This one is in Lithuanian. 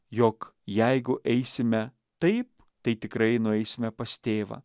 jog jeigu eisime taip tai tikrai nueisime pas tėvą